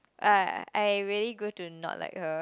ah I really grew to not like her